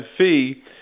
fee